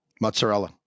Mozzarella